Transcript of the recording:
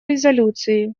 резолюции